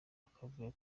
akavuyo